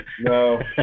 No